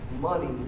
Money